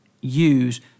use